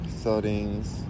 settings